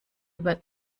über